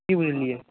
की बुझलियै